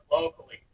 locally